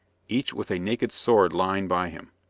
each with a naked sword lying by him,